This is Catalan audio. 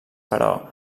però